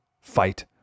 fight